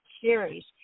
Series